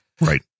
Right